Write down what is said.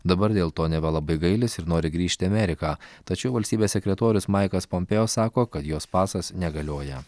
dabar dėl to neva labai gailisi ir nori grįžti į ameriką tačiau valstybės sekretorius maikas pompėjo sako kad jos pasas negalioja